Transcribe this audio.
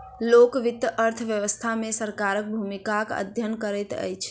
लोक वित्त अर्थ व्यवस्था मे सरकारक भूमिकाक अध्ययन करैत अछि